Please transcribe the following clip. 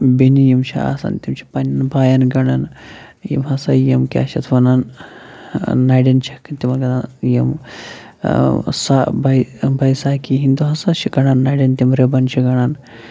بیٚنہِ یِم چھِ آسَان تِم چھِ پَنٕنٮ۪ن بایَن گنڈَان یِم ہَسا یِم کیاہ چھِ اَتھ وَنان نَرٮ۪ن چھِن تِمن گان یِم ساے بے سا کِہیٖنۍ دۄہ ہَسا چھِ گَنڈان نَرٮ۪ن تِم رِبَن چھِ گَنڈَان